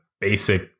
basic